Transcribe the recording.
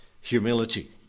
humility